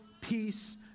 peace